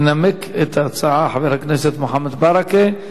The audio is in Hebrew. ינמק את ההצעה חבר הכנסת מוחמד ברכה.